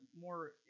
more